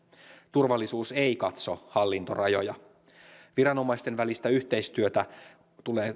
turvallisuus ei katso hallintorajoja myös viranomaisten välistä yhteistyötä tulee